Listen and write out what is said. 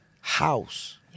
house